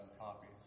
copies